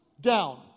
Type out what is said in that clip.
down